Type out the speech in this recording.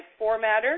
formatter